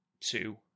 two